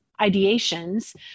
ideations